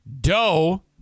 Doe